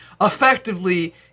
effectively